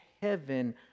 heaven